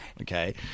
Okay